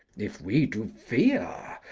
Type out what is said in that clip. if we do fear,